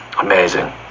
Amazing